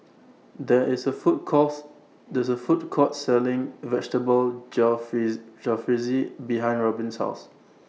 There IS A Food Courts This A Food Court Selling Vegetable Jalfrezi Jalfrezi behind Robyn's House